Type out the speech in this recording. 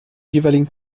jeweiligen